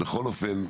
בכל אופן,